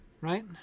Right